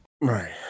Right